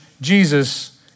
Jesus